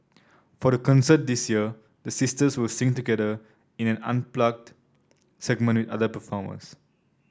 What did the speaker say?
for the concert this year the sisters will sing together in an unplugged segment with other performers